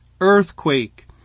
earthquake